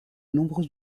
nombreux